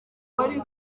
wari